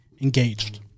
engaged